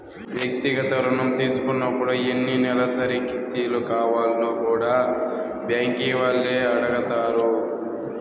వ్యక్తిగత రుణం తీసుకున్నపుడు ఎన్ని నెలసరి కిస్తులు కావాల్నో కూడా బ్యాంకీ వాల్లే అడగతారు